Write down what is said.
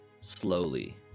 Slowly